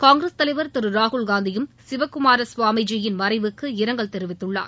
காங்கிரஸ் தலைவர் திரு ராகுல்காந்தியும் சிவக்குமார சுவாமிஜி யின் மறைவிற்கு இரங்கல் தெரிவித்துள்ளார்